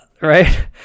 right